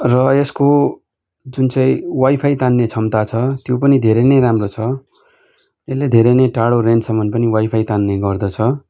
र यसको जुन चाहिँ वाइफाई तान्ने क्षमता छ त्यो पनि धेरै नै राम्रो छ यसले धेरै नै टाडो रेन्जसम्म पनि वाइफाई तान्ने गर्दछ